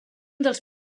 dels